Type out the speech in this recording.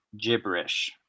gibberish